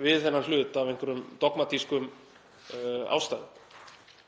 við TM af einhverjum dogmatískum ástæðum.